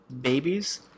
babies